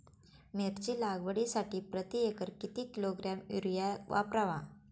मिरची लागवडीसाठी प्रति एकर किती किलोग्रॅम युरिया वापरावा?